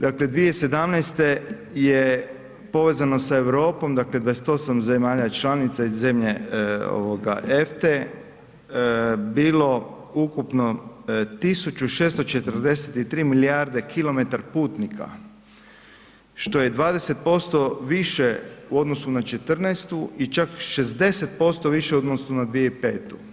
Dakle, 2017. je povezano s Europom dakle 28 zemalja članica i zemlje EFTE bilo ukupno 1.643 milijarde kilometar putnika, što je 20% više u odnosu na '14. i čak 60% u odnosu na 2005.